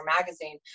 magazine